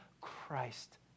Christ